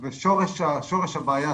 שורש הבעיה,